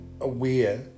aware